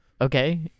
Okay